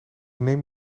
neem